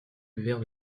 verre